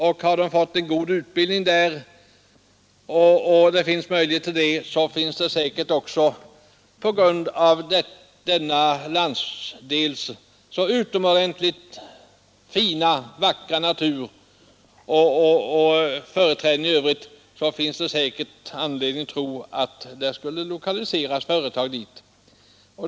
Och har ungdomarna fått en god utbildning finns det säkert också — på grund av denna landsdels utomordentligt fina och vackra natur och företräden i övrigt — anledning att tro att företag skulle kunna lokaliseras dit.